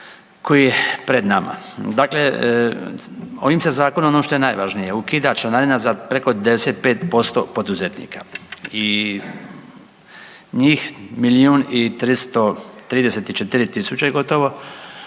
koji je pred nama. Dakle, ovim se Zakonom, ono što je najvažnije, ukida članarina za preko 95% poduzetnika i njih milijun i 334 tisuće gotovo,